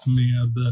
med